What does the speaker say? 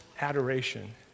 adoration